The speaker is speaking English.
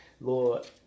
Lord